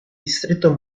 distretto